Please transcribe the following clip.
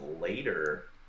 later